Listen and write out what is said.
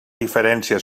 diferència